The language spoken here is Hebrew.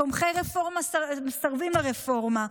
תומכי רפורמה ומסרבים לרפורמה,